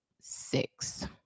six